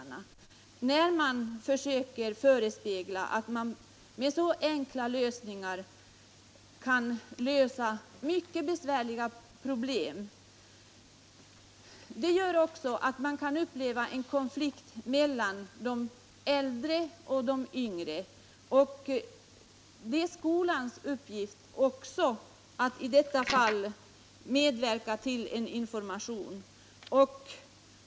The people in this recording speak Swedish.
När man försöker förespegla att man med så enkla lösningar kan klara mycket besvärliga problem, sår man bland ungdomarna en misstro mot lagstiftarna. Detta gör också att det kan uppstå en konflikt mellan äldre och yngre. Det är skolans uppgift att även på det här området lämna information.